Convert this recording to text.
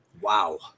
Wow